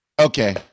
Okay